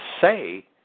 say